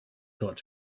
thought